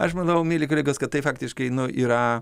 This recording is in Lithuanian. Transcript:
aš manau mieli kolegos kad tai faktiškai nu yra